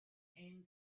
end